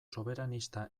soberanista